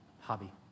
hobby